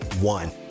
one